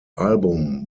album